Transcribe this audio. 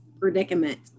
predicament